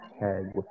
head